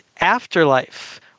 afterlife